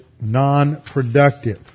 non-productive